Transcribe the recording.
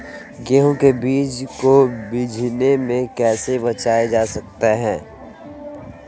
गेंहू के बीज को बिझने से कैसे बचाया जा सकता है?